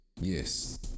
Yes